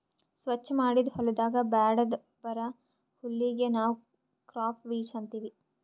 ಸ್ವಚ್ ಮಾಡಿದ್ ಹೊಲದಾಗ್ ಬ್ಯಾಡದ್ ಬರಾ ಹುಲ್ಲಿಗ್ ನಾವ್ ಕ್ರಾಪ್ ವೀಡ್ಸ್ ಅಂತೀವಿ